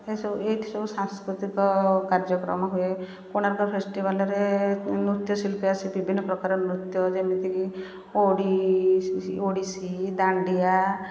ଏଇ ସବୁ ଏଇଠି ସବୁ ସାଂସ୍କୃତିକ କାର୍ଯ୍ୟକ୍ରମ ହୁଏ କୋଣାର୍କ ଫେଷ୍ଟିଭାଲରେ ନୃତ୍ୟଶିଳ୍ପୀ ଆସି ବିଭିନ୍ନ ପ୍ରକାରର ନୃତ୍ୟ ଯେମିତିକି ଓଡ଼ିଶୀ ଦାଣ୍ଡିଆ